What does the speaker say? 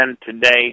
today